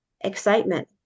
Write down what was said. excitement